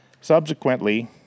Subsequently